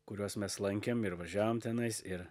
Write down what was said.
kuriuos mes lankėm ir važiavom tenais ir